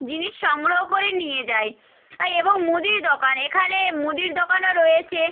জিনিস সংগ্রহ করে নিয়ে যায় আয় এবং মুদির দোকান এখানে মুদির দোকানও রয়েছে